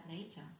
later